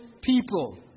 people